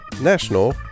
national